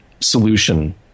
solution